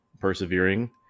persevering